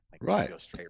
right